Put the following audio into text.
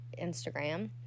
Instagram